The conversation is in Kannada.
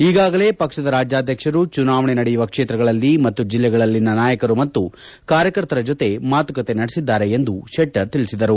ಈಗಾಗಲೇ ಪಕ್ಷದ ರಾಜ್ಯಾಧ್ವಕ್ಷರು ಚುನಾವಣೆ ನಡೆಯಲಿರುವ ಕ್ಷೇತ್ರಗಳಲ್ಲಿ ಮತ್ತು ಜಿಲ್ಲೆಗಳಲ್ಲಿನ ನಾಯಕರು ಮತ್ತು ಕಾರ್ಯಕರ್ತರ ಜೊತೆ ಮಾತುಕತೆ ನಡೆಸಿದ್ದಾರೆ ಎಂದು ಶೆಟ್ಟರ್ ತಿಳಿಸಿದರು